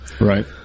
Right